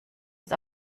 ist